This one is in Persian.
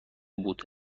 بود